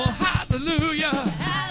hallelujah